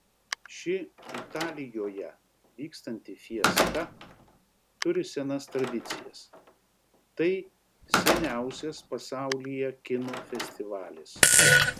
ši italijoje vykstanti fiesta turi senas tradicijas tai seniausias pasaulyje kino festivalis